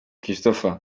christopher